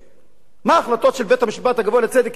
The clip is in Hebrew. החלטות של בית-המשפט הגבוה לצדק הן בגדר המלצה?